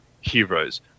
heroes